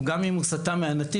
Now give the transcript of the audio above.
או גם אם הוא סטה מהנתיב,